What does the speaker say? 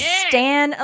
stan